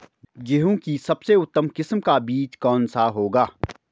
गेहूँ की सबसे उत्तम किस्म का बीज कौन सा होगा?